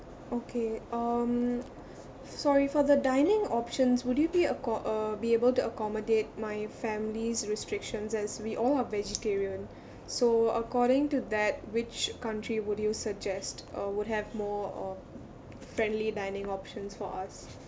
okay um sorry for the dining options would you be acco~ uh be able to accommodate my family's restrictions as we all are vegetarian so according to that which country would you suggest uh would have more uh friendly dining options for us